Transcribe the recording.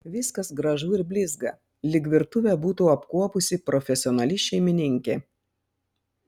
viskas gražu ir blizga lyg virtuvę būtų apkuopusi profesionali šeimininkė